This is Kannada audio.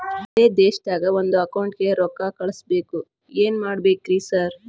ಬ್ಯಾರೆ ದೇಶದಾಗ ಒಂದ್ ಅಕೌಂಟ್ ಗೆ ರೊಕ್ಕಾ ಕಳ್ಸ್ ಬೇಕು ಏನ್ ಮಾಡ್ಬೇಕ್ರಿ ಸರ್?